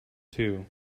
too